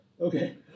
Okay